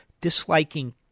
disliking